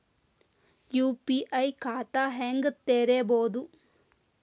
UPI ಖಾತಾ ಹೆಂಗ್ ತೆರೇಬೋದು?